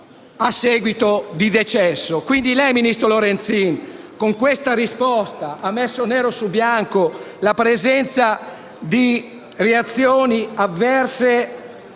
a seguito di decesso. Quindi lei, ministro Lorenzin, con questa risposta ha messo nero su bianco la presenza di reazioni avverse